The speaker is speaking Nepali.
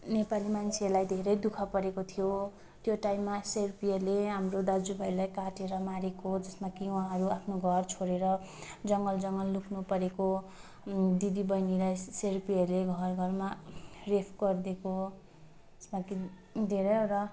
नेपाली मान्छेलाई धेरै दुःख परेको थियो त्यो टाइममा सिआरपीहरूले हाम्रो दाजु भाइलाई काटेर मारेको जसमा कि उहाँहरू आफ्नो घर छोडेर जङ्गल जङ्गल लुक्नु परेको दिदी बहिनीलाई सिआरपीहरूले घर घरमा रेप गरिदिएको जसमा कि धेरैवटा